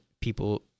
people